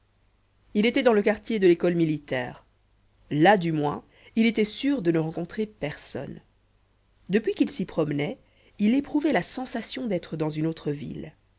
il était dans le quartier de l'école militaire là du moins il était sûr de ne rencontrer personne depuis qu'il s'y promenait il éprouvait la sensation d'être dans une autre ville